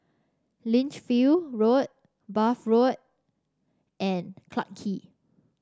Lichfield Road Bath Road and Clarke Quay